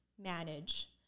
manage